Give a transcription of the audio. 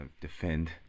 defend